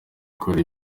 ukora